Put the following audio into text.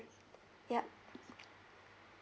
yup